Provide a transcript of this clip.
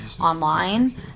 online